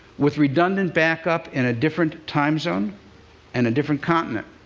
with redundant backup in a different time zone and a different continent.